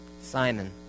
Simon